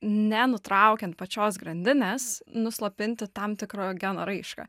nenutraukiant pačios grandinės nuslopinti tam tikro geno raišką